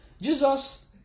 Jesus